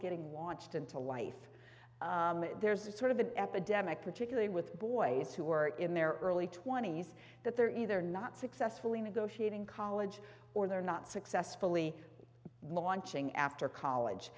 getting launched into life there's a sort of an epidemic particularly with boys who are in their early twenty's that they're either not successfully negotiating college or they're not successfully launching after college